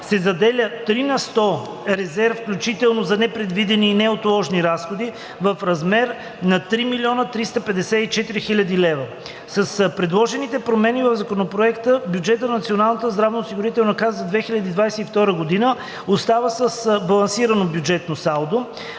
се заделя 3 на сто „Резерв, включително за непредвидени и неотложни разходи“ в размер на 3 354,0 хил. лв. С предложените промени в Законопроекта бюджетът на Националната здравноосигурителна каса за 2022 г. остава с балансирано бюджетно салдо.